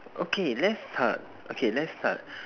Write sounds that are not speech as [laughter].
okay let's start okay let's start [breath]